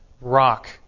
rock